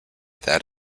that